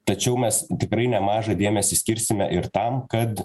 tačiau mes tikrai nemažą dėmesį skirsime ir tam kad